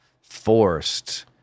forced